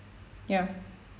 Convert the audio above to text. ya